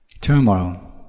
turmoil